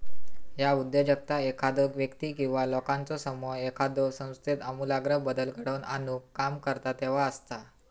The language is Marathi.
ह्या उद्योजकता एखादो व्यक्ती किंवा लोकांचो समूह एखाद्यो संस्थेत आमूलाग्र बदल घडवून आणुक काम करता तेव्हा असता